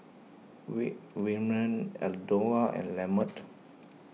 Waymon Eldora and Lamont